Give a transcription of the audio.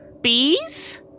Bees